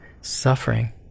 suffering